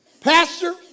Pastor